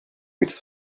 its